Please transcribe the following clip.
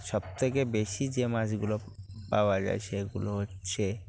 সবথেকে বেশি যে মাছগুলো পাওয়া যায় সেগুলো হচ্ছে